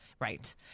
Right